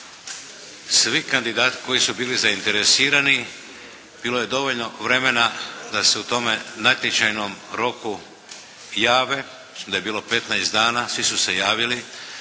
svi kandidati koji su bili zainteresirani. Bilo je dovoljno vremena da se u tome natječajnom roku jave. Mislim da je bilo 15 dana. Svi su se javili.